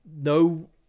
no